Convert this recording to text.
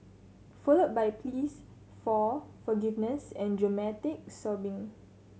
followed by pleas for forgiveness and dramatic sobbing